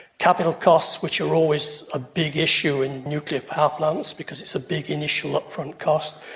capital costs, which are always a big issue in nuclear power plants because it's a big initial upfront cost,